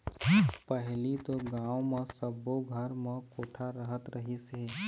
पहिली तो गाँव म सब्बो घर म कोठा रहत रहिस हे